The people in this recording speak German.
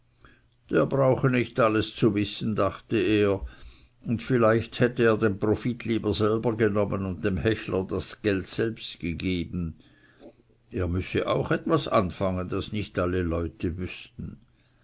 der brauche nicht alles zu wissen dachte er und vielleicht hätte er den profit lieber selber genommen und dem hechler das geld selbst gegeben er müsse auch etwas anfangen das nicht alle leute wußten